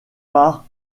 par